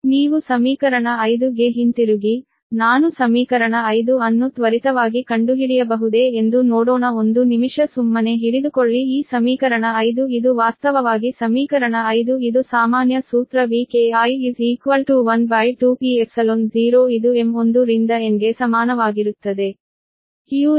ನೀವು ಸಮೀಕರಣ 5 ಗೆ ಹಿಂತಿರುಗಿ ನಾನು ಸಮೀಕರಣ 5 ಅನ್ನು ತ್ವರಿತವಾಗಿ ಕಂಡುಹಿಡಿಯಬಹುದೇ ಎಂದು ನೋಡೋಣ1 ನಿಮಿಷ ಸುಮ್ಮನೆ ಹಿಡಿದುಕೊಳ್ಳಿ ಈ ಸಮೀಕರಣ 5 ಇದು ವಾಸ್ತವವಾಗಿ ಸಮೀಕರಣ 5 ಇದು ಸಾಮಾನ್ಯ ಸೂತ್ರ Vki12πε0 ಇದು m 1 ರಿಂದ N ಗೆ ಸಮಾನವಾಗಿರುತ್ತದೆ qmln DimDkm volts